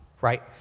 right